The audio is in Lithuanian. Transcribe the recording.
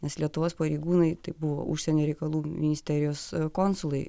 nes lietuvos pareigūnai tai buvo užsienio reikalų ministerijos konsulai